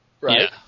right